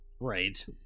Right